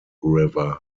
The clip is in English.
river